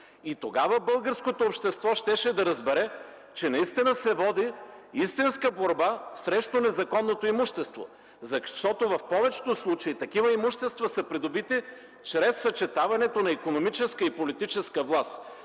Тогава българското общество щеше да разбере, че се води истинска борба срещу незаконното имущество, защото в повечето случаи такива имущества са придобити чрез съчетаването на икономическа и политическа власт.